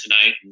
tonight